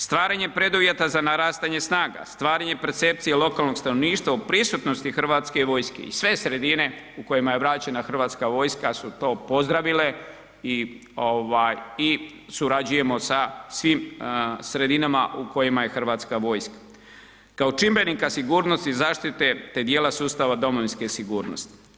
Stvaranjem preduvjeta za narastanje snaga, stvaranje percepcije lokalnog stanovništva u prisutnosti Hrvatske vojske i sve sredine u kojima je vraćena Hrvatska vojska su to pozdravile i surađujemo sa svim sredinama u kojima je Hrvatska vojska kao čimbenika sigurnosti i zaštite te dijela sustava Domovinske sigurnosti.